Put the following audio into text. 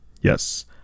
Yes